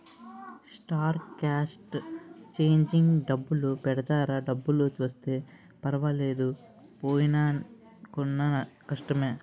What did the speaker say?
star cast changing డబ్బులు పెడతారా డబ్బులు వస్తే పర్వాలేదు పోయినాయనుకో కష్టమే